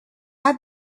have